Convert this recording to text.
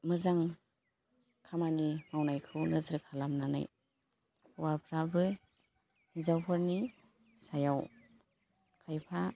मोजां खामानि मावनायखौ नोजोर खालामनानै हौवाफ्राबो हिन्जावफोरनि सायाव खायफा